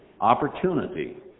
opportunity